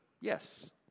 Yes